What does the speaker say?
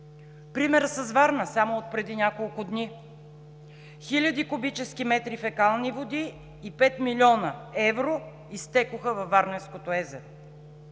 Примерът с Варна само отпреди няколко дни – хиляди кубически метри фекални води и 5 млн. евро изтекоха във Варненското езеро!